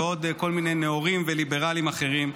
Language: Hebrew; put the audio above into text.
ועוד כל מיני נאורים וליברלים אחרים.